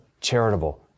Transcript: charitable